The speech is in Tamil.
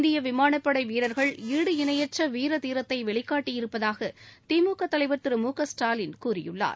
இந்திய விமானப்படை வீரர்கள் ஈடு இணையற்ற வீர தீரத்தை வெளிக்காட்டியிருப்பதாக திமுக தலைவர் திரு முக ஸ்டாலின் கூறியுள்ளார்